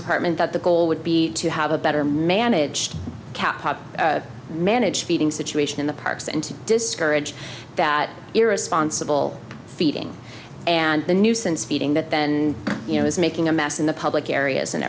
department that the goal would be to have a better managed kept managed feeding situation in the parks and to discourage that irresponsible feeding and the nuisance feeding that then you know is making a mess in the public areas and